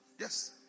Yes